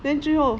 then 最后